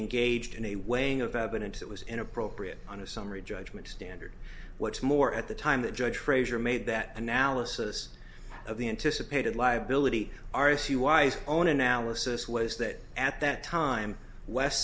engaged in a weighing of evidence that was inappropriate on a summary judgment standard what's more at the time that judge frazier made that analysis of the intice a paid liability r c wise own analysis was that at that time west